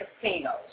casinos